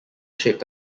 shaped